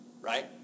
right